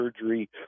surgery